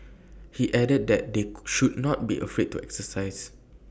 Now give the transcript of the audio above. he added that they should not be afraid to exercise